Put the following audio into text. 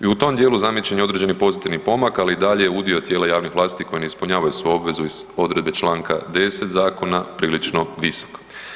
I u tom dijelu zamijećen je određeni pozitivni pomak, ali i dalje udio tijela javnih vlasti koji ne ispunjavaju svoju obvezu iz odredbe Članka 10. zakona prilično visok.